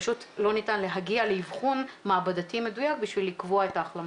פשוט לא ניתן להגיע לאבחון מעבדתי מדויק בשביל לקבוע את ההחלמה.